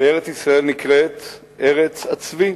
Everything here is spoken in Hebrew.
וארץ-ישראל נקראת ארץ הצבי.